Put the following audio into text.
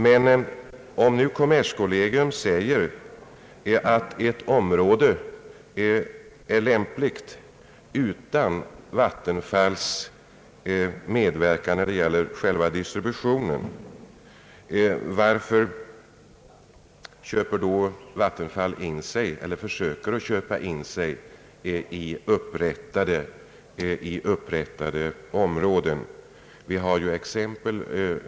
Men om kommerskollegium anser att eldistributionen inom ett område är lämpligt ordnad utan vattenfallsverkets medverkan, varför köper då Vattenfall in sig eller försöker att köpa in sig i upprättade områden. Vi har ju exempel.